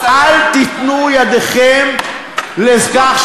אל תיתנו ידכם לכך.